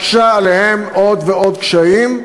מקשה עליהם עם עוד ועוד קשיים.